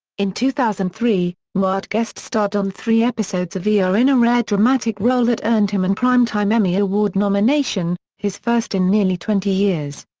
in two thousand and three, newhart guest-starred on three episodes of ah er in a rare dramatic role that earned him and primetime emmy award nomination, his first in nearly twenty years.